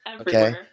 Okay